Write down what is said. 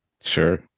sure